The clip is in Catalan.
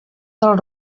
del